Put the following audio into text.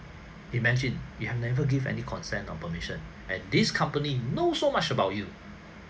imagine you have never give any consent or permission and this company know so much about you